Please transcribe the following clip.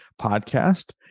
podcast